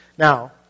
Now